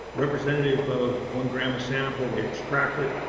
representative of one gram of sample they extracted,